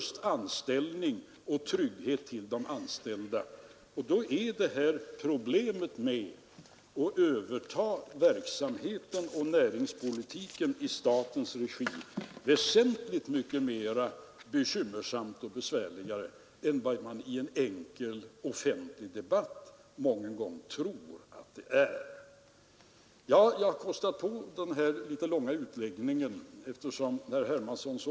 Det är möjligt att en kamrer skulle kunna klara det här lika bra som jag — jag vill inte alls skryta över mina utförsgåvor som finansminister, även om jag har suttit rätt många år — men jag är inte säker på att kamrern i det långa loppet ändå skulle klara det bättre.